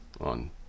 on